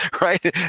right